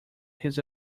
his